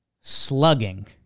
slugging